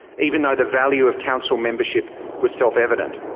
even though the value of council membership was self-evident.